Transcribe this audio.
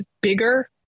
bigger